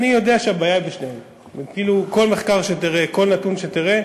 אני יודע שהבעיה היא בשתיהן.